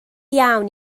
iawn